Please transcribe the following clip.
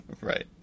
Right